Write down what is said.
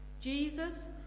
Jesus